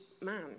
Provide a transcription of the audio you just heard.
man